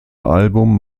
album